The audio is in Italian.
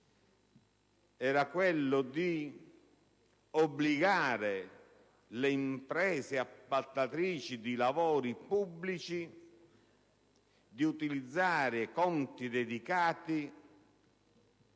quello di obbligare le imprese appaltatrici di lavori pubblici ad utilizzare conti dedicati